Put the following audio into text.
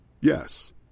Yes